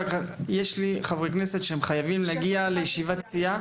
רק יש לי חברי כנסת שהם חייבים להגיע לישיבת סיעה.